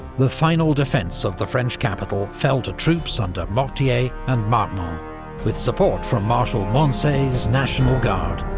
the final defence of the french capital fell to troops under mortier and but with support from marshal moncey's national guard.